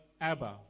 Abba